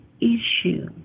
issue